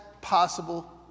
possible